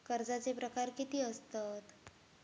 कर्जाचे प्रकार कीती असतत?